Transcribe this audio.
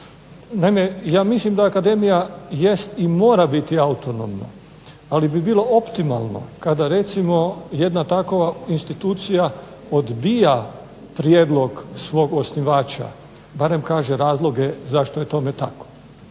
Naime, ja mislim da Akademija jest i mora biti autonomna, ali bi bilo optimalna kada bi jedna takova institucija odbija prijedlog svog osnivača barem kaže razloge zašto je tome tako.